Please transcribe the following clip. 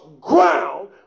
ground